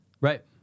Right